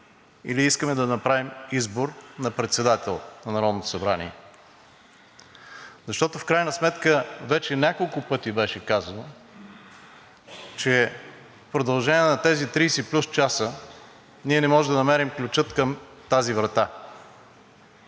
или искаме да направим избор на председател на Народното събрание. Защото в крайна сметка вече няколко пъти беше казано, че в продължение на тези 30+ часа ние не можем да намерим ключа към тази врата.